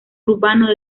urbano